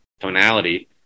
tonality